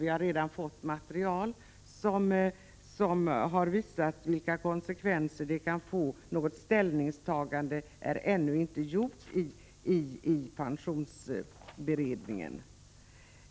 Vi har redan fått material som visar konsekvenserna, men pensionsberedningen har ännu inte gjort något ställningstagande.